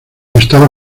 estaba